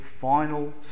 final